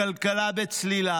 הכלכלה בצלילה,